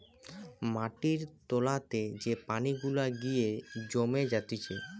মাটির তোলাতে যে পানি গুলা গিয়ে জমে জাতিছে